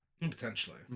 Potentially